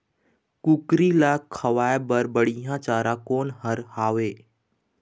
कुकरी ला खवाए बर बढीया चारा कोन हर हावे?